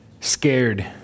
scared